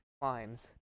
climbs